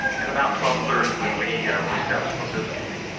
at about twelve thirty when we recess from this meeting.